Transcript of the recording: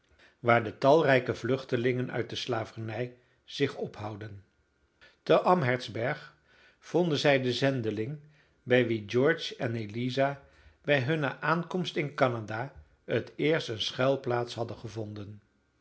waar de talrijke vluchtelingen uit de slavernij zich ophouden te amhertsberg vonden zij den zendeling bij wien george en eliza bij hunne aankomst in canada het eerst een schuilplaats hadden gevonden